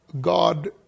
God